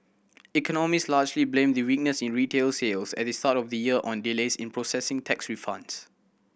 economists largely blame the weakness in retail sales at the start of the year on delays in processing tax refunds